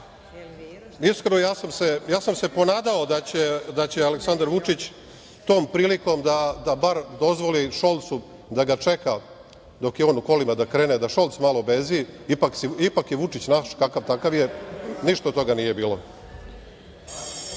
vreme. Iskreno, ja sam se ponadao da će Aleksandar Vučić tom prilikom da bar dozvoli Šolcu da ga čeka dok je on u kolima da krene, da Šolc malo beži, ipak je Vučić naš, kakav takav je. Ništa od toga nije bilo. Što